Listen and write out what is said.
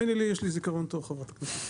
תאמיני לי יש לי זיכרון טוב חברת הכנסת.